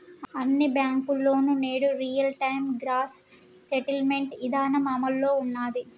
అన్ని బ్యేంకుల్లోనూ నేడు రియల్ టైం గ్రాస్ సెటిల్మెంట్ ఇదానం అమల్లో ఉన్నాది